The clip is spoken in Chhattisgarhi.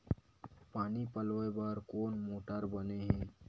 पानी पलोय बर कोन मोटर बने हे?